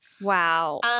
Wow